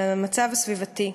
על המצב הסביבתי.